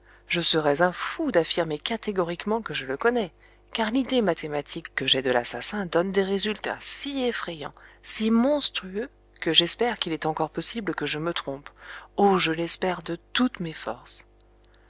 je serais un fou d'affirmer catégoriquement que je le connais car l'idée mathématique que j'ai de l'assassin donne des résultats si effrayants si monstrueux que j'espère qu'il est encore possible que je me trompe oh je l'espère de toutes mes forces